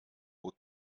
aux